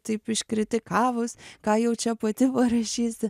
taip iškritikavus ką jau čia pati parašysi